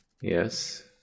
Yes